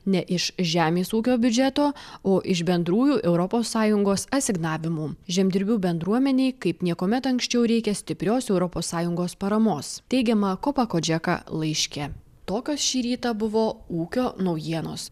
ne iš žemės ūkio biudžeto o iš bendrųjų europos sąjungos asignavimų žemdirbių bendruomenei kaip niekuomet anksčiau reikia stiprios europos sąjungos paramos teigiama kopa kodžeka laiške tokios šį rytą buvo ūkio naujienos